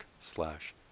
slash